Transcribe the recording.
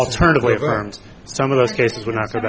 was turned away from some of those cases were not go